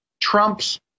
trump's